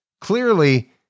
Clearly